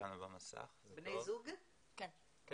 אנחנו זוג.